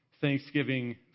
Thanksgiving